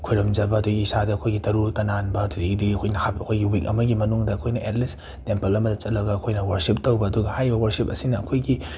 ꯈꯣꯏꯔꯝꯖꯕ ꯑꯗꯒꯤ ꯏꯁꯥꯗ ꯑꯩꯈꯣꯏꯒꯤ ꯇꯔꯨ ꯇꯅꯥꯟꯕ ꯑꯗꯨꯗꯒꯤꯗꯤ ꯑꯩꯈꯨꯏꯅ ꯍꯥꯞ ꯑꯩꯈꯣꯏꯒꯤ ꯋꯤꯛ ꯑꯃꯒꯤ ꯃꯅꯨꯡꯗ ꯑꯩꯈꯣꯏꯅ ꯑꯦꯠꯂꯤꯁ ꯇꯦꯝꯄꯜ ꯑꯃꯗ ꯆꯠꯂꯒ ꯑꯩꯈꯣꯏꯅ ꯋꯔꯁꯤꯞ ꯇꯧꯕ ꯑꯗꯨꯒ ꯍꯥꯏꯔꯤꯕ ꯋꯔꯁꯤꯞ ꯑꯁꯤꯅ ꯑꯩꯈꯣꯏꯒꯤ